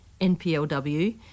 NPLW